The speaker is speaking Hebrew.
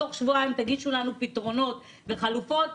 תוך שבועיים תגישו לנו פתרונות וחלופות,